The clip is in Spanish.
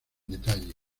detalle